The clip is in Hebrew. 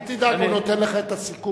אל תדאג, הוא נותן לך את הסיכום.